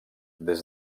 des